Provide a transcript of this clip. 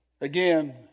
Again